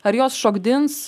ar jos šokdins